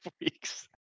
weeks